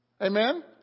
Amen